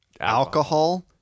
alcohol